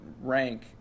rank